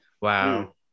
Wow